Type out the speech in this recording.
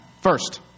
First